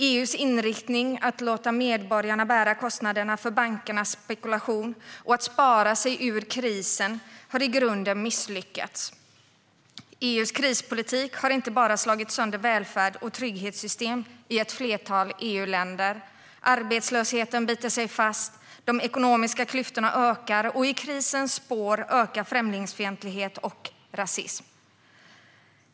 EU:s inriktning att låta medborgarna bära kostnaderna för bankernas spekulation och att spara sig ur krisen har i grunden misslyckats. EU:s krispolitik har inte bara slagit sönder välfärd och trygghetssystem i ett flertal EU-länder. Arbetslösheten biter sig fast, de ekonomiska klyftorna ökar och i krisens spår ökar främlingsfientlighet och rasism.